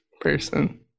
person